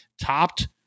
topped